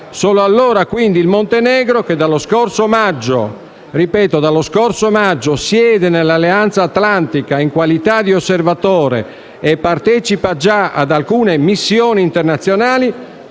dallo scorso maggio - ripeto: dallo scorso maggio - siede nell'Alleanza atlantica in qualità di osservatore e partecipa già ad alcune missioni internazionali,